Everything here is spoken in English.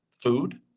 food